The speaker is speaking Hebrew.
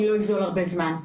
אני לא אגזול הרבה זמן.